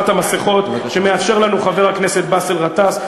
המסכות שמאפשר לנו חבר הכנסת באסל גטאס.